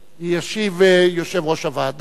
ישיב יושב-ראש הוועדה.